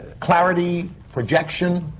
clarity, projection.